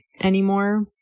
anymore